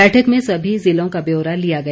बैठक में सभी जिलों का ब्यौरा लिया गया